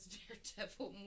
Daredevil